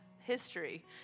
History